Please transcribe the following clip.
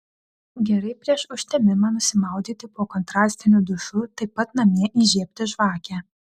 gerai prieš užtemimą nusimaudyti po kontrastiniu dušu taip pat namie įžiebti žvakę